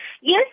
Yes